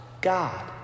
God